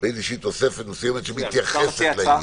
להכניס איזושהי תוספת שמתייחסת לעניין.